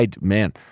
man